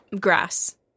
Grass